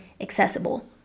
accessible